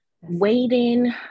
Waiting